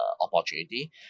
opportunity